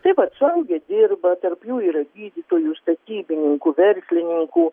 tai vat suaugę dirba tarp jų yra gydytojų statybininkų verslininkų